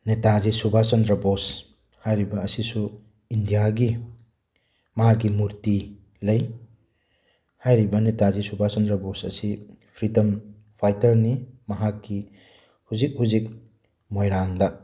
ꯅꯦꯇꯥꯖꯤ ꯁꯨꯕꯥꯁ ꯆꯟꯗ꯭ꯔꯥ ꯕꯣꯁ ꯍꯥꯏꯔꯤꯕ ꯑꯁꯤꯁꯨ ꯏꯟꯗꯤꯌꯥꯒꯤ ꯃꯥꯒꯤ ꯃꯨꯔꯇꯤ ꯂꯩ ꯍꯥꯏꯔꯤꯕ ꯅꯦꯇꯥꯖꯤ ꯁꯨꯕꯥꯁ ꯆꯟꯗ꯭ꯔꯥ ꯕꯣꯁ ꯑꯁꯤ ꯐ꯭ꯔꯤꯗꯝ ꯐꯥꯏꯇꯔꯅꯤ ꯃꯍꯥꯛꯀꯤ ꯍꯧꯖꯤꯛ ꯍꯧꯖꯤꯛ ꯃꯣꯏꯔꯥꯡꯗ